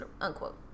Unquote